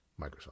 Microsoft